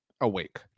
awake